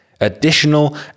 additional